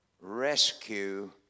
rescue